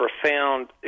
profound